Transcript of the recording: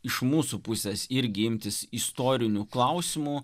iš mūsų pusės irgi imtis istorinių klausimų